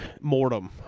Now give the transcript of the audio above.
Mortem